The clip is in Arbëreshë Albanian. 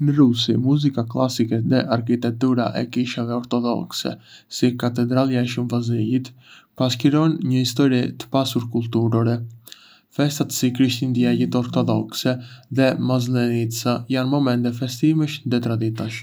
Në Rusi, muzika klasike dhe arkitektura e kishave ortodokse, si Katedralja e Shën Vasilit, pasqyrojnë një histori të pasur kulturore. Festat si Krishtlindjet ortodokse dhe Maslenitsa janë momente festimesh dhe traditash.